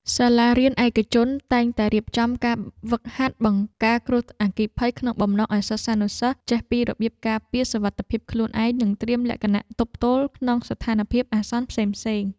សាលារៀនឯកជនតែងរៀបចំការហ្វឹកហាត់បង្ការគ្រោះអគ្គិភ័យក្នុងបំណងឱ្យសិស្សានុសិស្សចេះពីរបៀបការពារសុវត្ថិភាពខ្លួនឯង និង ត្រៀមលក្ខណៈទប់ទល់ក្នុងស្ថានភាពអាសន្នផ្សេងៗ។